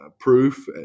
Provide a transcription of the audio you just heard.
proof